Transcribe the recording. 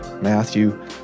Matthew